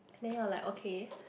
then you're like okay